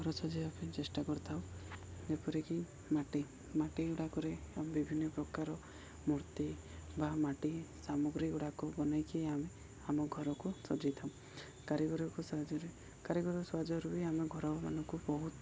ଘର ସଜେଇବା ପାଇଁ ଚେଷ୍ଟା କରିଥାଉ ଯେପରିକି ମାଟି ମାଟି ଗୁଡ଼ାକରେ ଆମ ବିଭିନ୍ନ ପ୍ରକାର ମୂର୍ତ୍ତି ବା ମାଟି ସାମଗ୍ରୀ ଗୁଡ଼ାକ ବନେଇକି ଆମେ ଆମ ଘରକୁ ସଜେଇଥାଉ କାରିଗରକୁ ସାହାଯ୍ୟରେ କାରିଗର ସାହାଯ୍ୟରେ ବି ଆମେ ଘର ମାନଙ୍କୁ ବହୁତ